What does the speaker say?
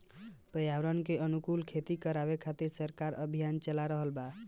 पर्यावरण के अनुकूल खेती करावे खातिर सरकार अभियान चाला रहल बा